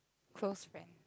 close friend